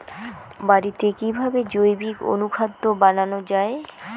বাড়িতে কিভাবে জৈবিক অনুখাদ্য বানানো যায়?